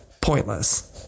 pointless